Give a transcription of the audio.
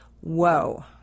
Whoa